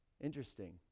Interesting